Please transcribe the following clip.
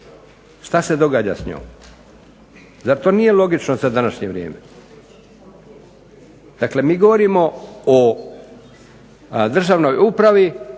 što se događa s njom? Zar to nije logično za današnje vrijeme? Dakle, mi govorimo o državnoj upravi